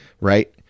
Right